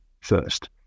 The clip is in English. first